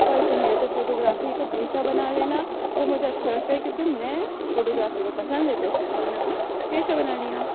کرتے ہیں تو فوٹوگرافی کو پیشہ بنا لینا وہ مجھے اچھا لگتا ہے کیونکہ میں فوٹوگرافی کو پسند ہے تو اسی کو میں نے اپنا پیشہ بنا لیا